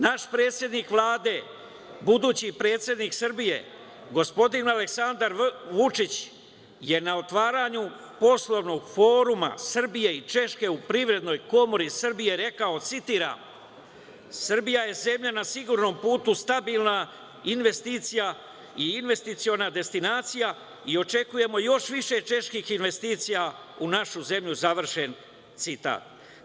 Naš predsednik Vlade, budući predsednik Srbije, gospodin Aleksandar Vučić je na otvaranju poslovnog foruma Srbije u Češke u Privrednoj komori Srbije rekao, citiram – Srbija je zemlja na sigurnom putu, stabilna investicija i investiciona destinacija i očekujemo još više čeških investicija u našu zemlju, završen citat.